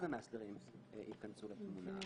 אז המאסדרים ייכנסו לתמונה.